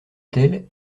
tel